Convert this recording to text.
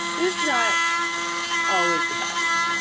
it's not always the best